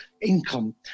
income